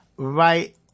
Right